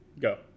Go